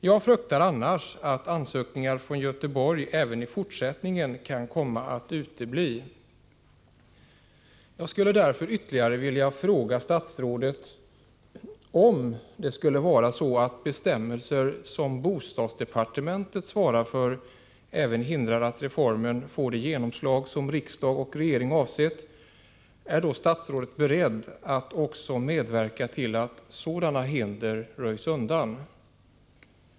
Jag fruktar annars att ansökningarna från Göteborg även i fortsättningen kan komma att utebli. Jag skulle därför ytterligare vilja fråga statsrådet: Om det skulle vara så att bestämmelser som bostadsdepartementet svarar för även hindrar att reformen får det genomslag som riksdag och regering avsett, är då statsrådet beredd att medverka till att sådana hinder röjs undan?